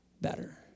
better